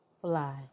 fly